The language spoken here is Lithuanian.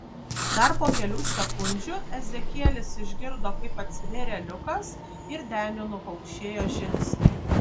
dar po kelių sekundžių ezekielis išgirdo kaip atsivėrė liukas ir deniu nukaukšėjo žingsniai